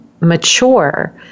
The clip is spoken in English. mature